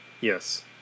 Yes